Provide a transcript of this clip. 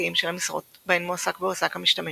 תמציתיים של המשרות בהן מועסק והועסק המשתמש,